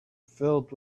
filled